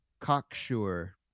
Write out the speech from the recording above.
cocksure